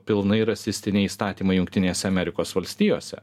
pilnai rasistiniai įstatymai jungtinėse amerikos valstijose